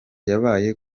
yabaye